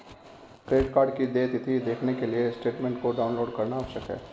credit card की देय तिथी देखने के लिए स्टेटमेंट को डाउनलोड करना आवश्यक है